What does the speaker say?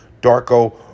Darko